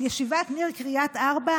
ישיבת ניר קריית ארבע,